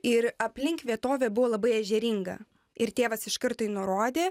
ir aplink vietovė buvo labai ežeringa ir tėvas iškart tai nurodė